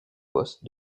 poste